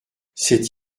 c’est